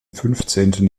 fünfzehnten